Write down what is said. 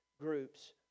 groups